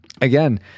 again